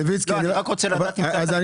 מלביצקי, מלביצקי, אחר כך אני אתן.